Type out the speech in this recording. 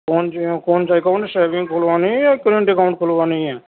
کون جو ہے کون سا اکاؤنٹ یے سیونگ کھلوانی ہے یا کرنٹ اکاؤنٹ کھلوانی ہے